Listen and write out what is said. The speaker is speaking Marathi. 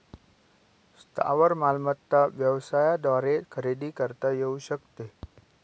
स्थावर मालमत्ता व्यवसायाद्वारे खरेदी करता येऊ शकते